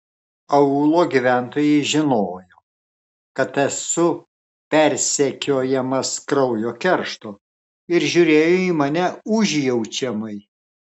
aūlo gyventojai žinojo kad esu persekiojamas kraujo keršto ir žiūrėjo į mane užjaučiamai